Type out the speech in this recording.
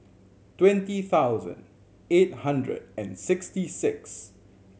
twenty thousand eight hundred and sixty six